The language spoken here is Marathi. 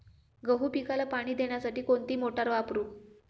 गहू पिकाला पाणी देण्यासाठी कोणती मोटार वापरू?